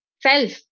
Self